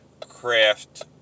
craft